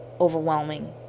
overwhelming